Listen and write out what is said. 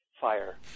fire